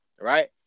right